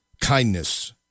kindness